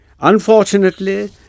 Unfortunately